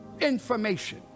information